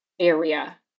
area